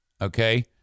Okay